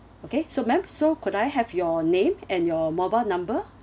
okay so ma'am so could I have your name and your mobile number